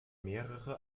mehrere